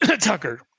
Tucker